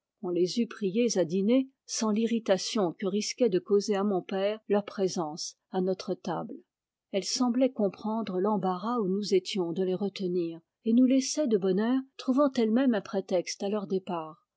on les eût priées à dîner sans l'irritation que risquait de causer à mon père leur présence à notre table elles semblaient comprendre l'embarras où nous étions de les retenir et nous laissaient de bonne heure trouvant elles-mêmes un prétexte à leur départ